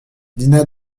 dina